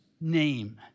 name